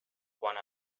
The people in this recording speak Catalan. quant